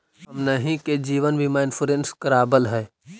हमनहि के जिवन बिमा इंश्योरेंस करावल है?